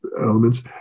elements